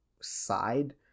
side